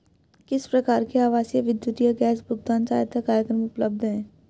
किस प्रकार के आवासीय विद्युत या गैस भुगतान सहायता कार्यक्रम उपलब्ध हैं?